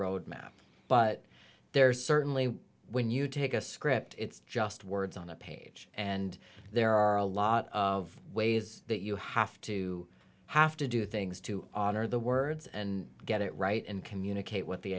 roadmap but there's certainly when you take a script it's just words on a page and there are a lot of ways that you have to have to do things to honor the words and get it right and communicate with the